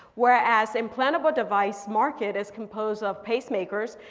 whereas implantable device market is composed of pace makers,